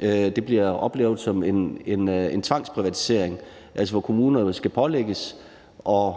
Det bliver oplevet som en tvangsprivatisering, hvor kommunerne skal pålægges at